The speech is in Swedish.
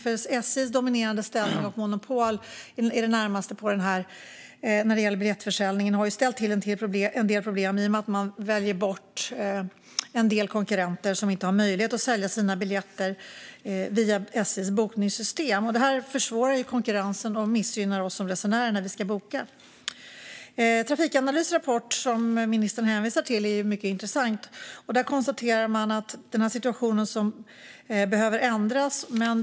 SJ:s dominerande ställning och i det närmaste monopol när det gäller biljettförsäljningen har ställt till en del problem i och med att det väljer bort en del konkurrenter som inte har möjlighet att sälja sina biljetter via SJ:s bokningssystem. Det försvårar konkurrensen och missgynnar oss som resenärer när vi ska boka. Trafikanalys rapport, som ministern hänvisar till, är mycket intressant. Där konstaterar man att situationen behöver ändras.